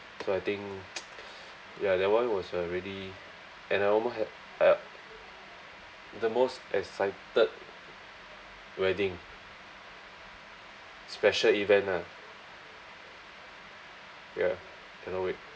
so I think ya that one was a really and I almost had uh the most excited wedding special event ah ya cannot wait